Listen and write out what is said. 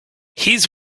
his